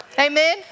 Amen